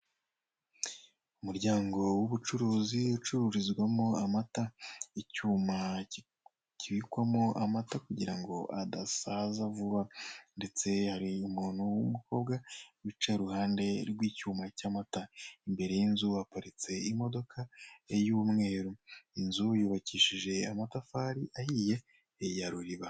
Umuryango w'ubucuruzi ucururizwamo amata, icyuma kibikwamo amata kugira ngo adasaza vuba ndetse hari umuntu w'umukobwa wicaye urahande rw'icyuma cy'amata, imbere y'inzu haparitse imodoka y'umweru, inzu yubakishije amatafari ahiye ya ruriba.